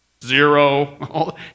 Zero